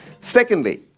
Secondly